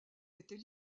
était